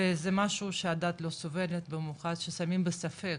וזה משהו שהדת לא סובלת, במיוחד ששמים בספק,